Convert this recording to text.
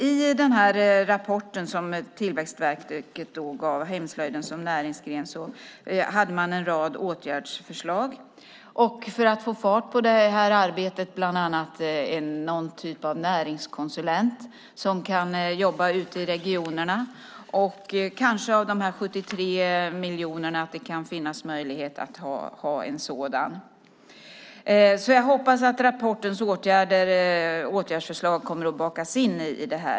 I rapporten som Tillväxtverket gav ut, Hemslöjden som näringsgren , hade man en rad åtgärdsförslag. För att få fart på arbetet föreslogs bland annat någon typ av näringskonsulent som kan jobba ute i regionerna. Kanske det kan finnas möjlighet att ha en sådan med de 73 miljonerna. Jag hoppas att rapportens åtgärdsförslag kommer att bakas in i detta.